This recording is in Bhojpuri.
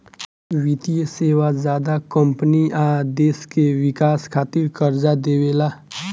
वित्तीय सेवा ज्यादा कम्पनी आ देश के विकास खातिर कर्जा देवेला